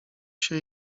się